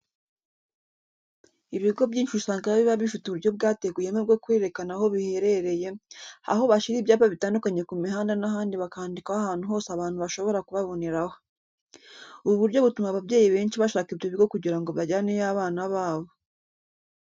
Ibigo byinshi usanga biba bifite uburyo bwateguyemo bwo kwerekana aho biherereye, aho bashyira ibyapa bitandukanye ku mihanda n'ahandi bakandikaho ahantu hose abantu bashobora kubaboneraho. Ubu buryo butuma ababyeyi benshi bashaka ibyo bigo kugira ngo bajyaneyo abana babo.